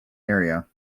area